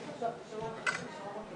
מי שלא רואה את המבט